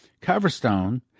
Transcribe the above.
Coverstone